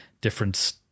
different